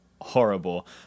horrible